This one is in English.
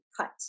cut